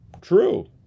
true